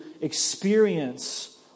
experience